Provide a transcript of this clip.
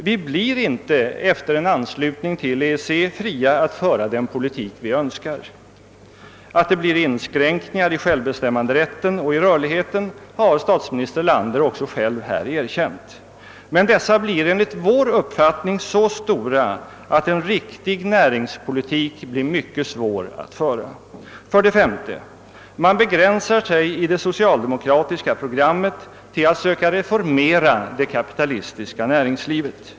Vi blir inte, efter en anslutning till EEC, fria att föra den politik vi önskar. Att det blir inskränkningar i självbestämmanderätten har statsminister Erlander också erkänt här. Dessa inskränkningar blir enligt vår uppfattning så stora, att det blir mycket svårt att föra en riktig näringspolitik. För det femte begränsar man sig i det socialdemokratiska programmet till att försöka reformera det kapitalistiska näringslivet.